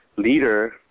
Leader